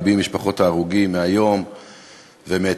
לבי עם משפחות ההרוגים מהיום ומאתמול.